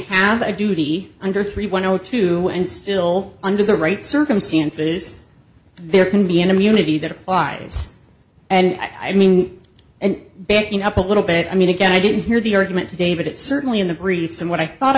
have a duty under three one or two and still under the right circumstances there can be an immunity that applies and i mean and backing up a little bit i mean again i didn't hear the argument today but it certainly in the briefs and what i thought